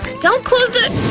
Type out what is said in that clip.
don't close the